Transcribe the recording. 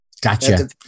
Gotcha